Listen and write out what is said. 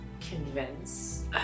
convince